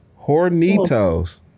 Hornitos